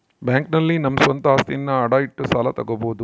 bank ನಲ್ಲಿ ನಮ್ಮ ಸ್ವಂತ ಅಸ್ತಿಯನ್ನ ಅಡ ಇಟ್ಟು ಸಾಲ ತಗೋಬೋದು